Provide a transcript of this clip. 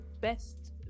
best